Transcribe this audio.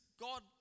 God